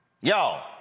Y'all